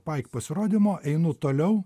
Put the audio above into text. paik pasirodymo einu toliau